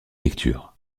lecture